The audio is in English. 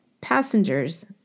passengers